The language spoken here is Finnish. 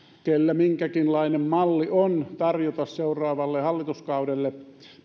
kellä minkäkinlainen malli on tarjota seuraavalle hallituskaudelle